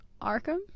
Arkham